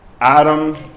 Adam